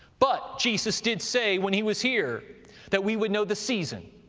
but jesus did say when he was here that we would know the season,